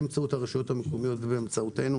באמצעות הרשויות המקומיות ובאמצעותנו,